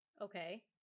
Okay